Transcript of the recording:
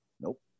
Nope